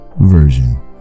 Version